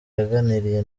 yaganiriye